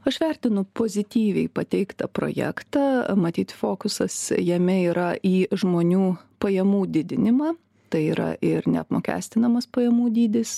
aš vertinu pozityviai pateiktą projektą matyt fokusas jame yra į žmonių pajamų didinimą tai yra ir neapmokestinamas pajamų dydis